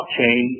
blockchain